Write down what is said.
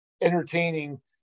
entertaining